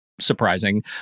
surprising